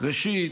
ראשית,